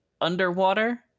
underwater